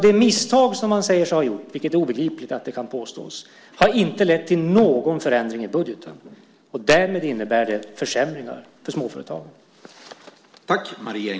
Det misstag som man säger sig ha gjort, vilket är obegripligt att man kan påstå, har alltså inte lett till någon förändring i budgeten. Därmed innebär det försämringar för småföretagen.